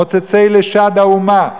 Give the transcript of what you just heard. מוצצי לשד האומה,